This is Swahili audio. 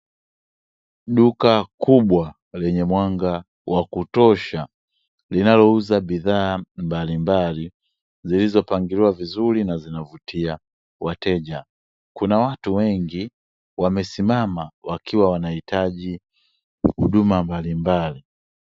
Duka kubwa lenye mwanga wa kutosha linalouza bidhaa mbalimbali zilizopangiliwa vizuri na zinavutia wateja. Kuna watu wengi wamesimama wakiwa wanahitaji huduma mbalimbali.